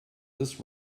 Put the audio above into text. this